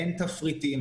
אין תפריטים,